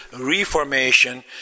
reformation